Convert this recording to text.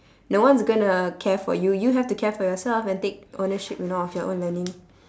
no one's gonna care for you you have to care for yourself and take ownership you know of your own learning